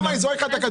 לא